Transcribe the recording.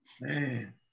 man